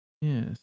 Yes